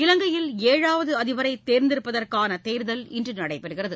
இலங்கையில் ஏழாவதுஅதிபரைதேர்ந்தெடுப்பதற்கானதேர்தல் இன்றுநடைபெறுகிறது